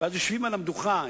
ואז יושבים על המדוכה,